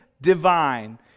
divine